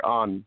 on